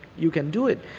you can do it.